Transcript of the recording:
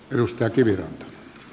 arvoisa puhemies